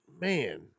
man